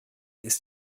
ist